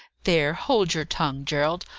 there, hold your tongue, gerald.